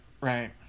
Right